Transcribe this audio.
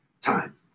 time